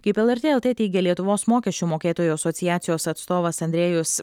kaip lrt lt teigė lietuvos mokesčių mokėtojų asociacijos atstovas andrėjus